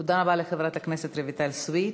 תודה רבה לחברת הכנסת רויטל סויד.